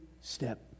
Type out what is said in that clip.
step